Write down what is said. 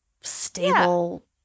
stable